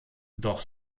doch